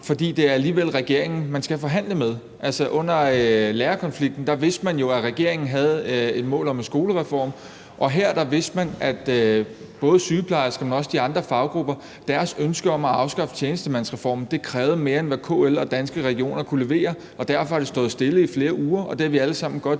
fordi det alligevel er regeringen, man skal forhandle med. Under lærerkonflikten vidste man jo, at regeringen havde et mål om en skolereform, og her vidste man, at både sygeplejerskernes, men også de andre faggruppers ønske om at afskaffe tjenestemandsreformen krævede mere, end hvad KL og Danske Regioner kunne levere, og derfor har det stået stille i flere uger, og det har vi alle sammen godt